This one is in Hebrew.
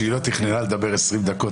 שהיא לא תכננה לדבר 20 דקות,